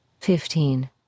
Fifteen